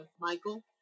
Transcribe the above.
Michael